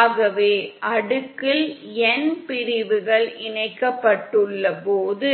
ஆகவே அடுக்கில் n பிரிவுகள் இணைக்கப்பட்டுள்ளபோது